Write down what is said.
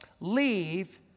leave